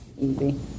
easy